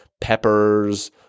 peppers